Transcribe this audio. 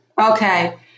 Okay